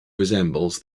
resembles